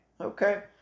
Okay